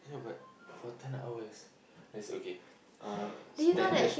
yeah but for ten hours let's okay um standard